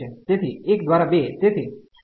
તેથી 1 દ્વાર 2